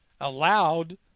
allowed